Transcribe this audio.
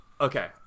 Okay